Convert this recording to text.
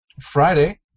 Friday